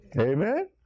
Amen